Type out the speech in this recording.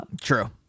True